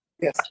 Yes